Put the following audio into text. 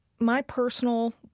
my personal,